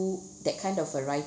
that kind of uh wri~